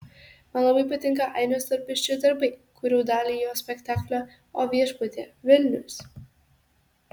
man labai patinka ainio storpirščio darbai kūriau dalį jo spektaklio o viešpatie vilnius